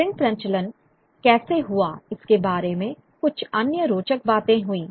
print प्रचलन कैसे हुआ इसके बारे में कुछ अन्य रोचक बातें हुईं